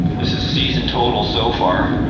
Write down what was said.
this is season total so far.